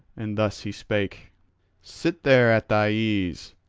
and thus he spake sit there at thy ease,